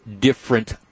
different